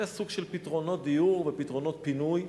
זה היה סוג של פתרונות דיור ופתרונות פינוי.